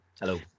Hello